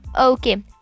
Okay